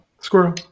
Squirrel